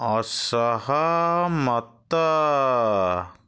ଅସହମତ